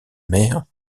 mer